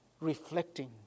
reflecting